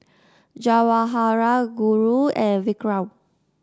Jawaharlal Guru and Vikram